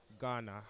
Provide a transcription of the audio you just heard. Ghana